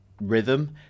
rhythm